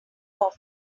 office